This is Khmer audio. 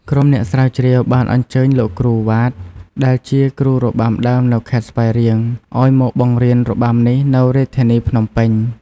ក្រុមអ្នកស្រាវជ្រាវបានអញ្ជើញលោកគ្រូ វ៉ាត ដែលជាគ្រូរបាំដើមនៅខេត្តស្វាយរៀង ឱ្យមកបង្រៀនរបាំនេះនៅរាជធានីភ្នំពេញ។